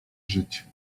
żyć